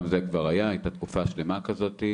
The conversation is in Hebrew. גם זה כבר היה, הייתה תקופה שלמה כזאת.